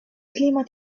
clima